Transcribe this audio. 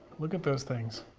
look at those things.